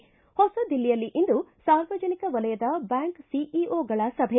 ಿ ಹೊಸ ದಿಲ್ಲಿಯಲ್ಲಿ ಇಂದು ಸಾರ್ವಜನಿಕ ವಲಯದ ಬ್ಯಾಂಕ್ ಸಿಇಒಗಳ ಸಭೆ